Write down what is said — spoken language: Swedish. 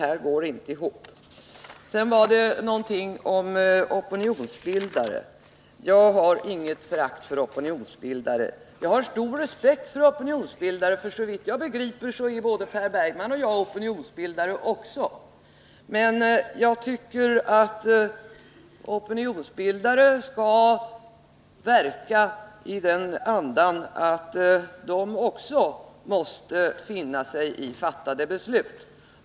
Det går inte ihop, herr talman. Sedan vill jag säga att jag hyser inget förakt för opinionsbildare. Jag har stor respekt för opinionsbildare, och såvitt jag begriper är både Per Bergman och jag opinionsbildare också. Men jag tycker att opinionsbildare skall verka i den andan att de också måste finna sig i fattade beslut.